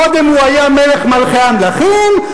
קודם הוא היה מלך מלכי המלכים,